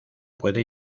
puede